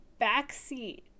backseat